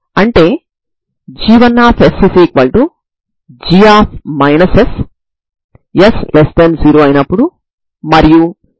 ఇప్పుడు దీని నుండి sin μb cos μa cos μb sin μa 0 అవుతుంది దీని నుండి మీరు sin μb cos μb sin μa cos μa పొందవచ్చు